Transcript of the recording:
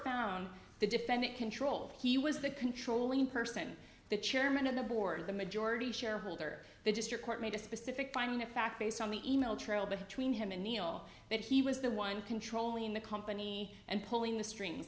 found the defendant control he was the controlling person the chairman of the board the majority shareholder the district court made a specific finding of fact based on the e mail trail between him and neil that he was the one controlling the company and pulling the strings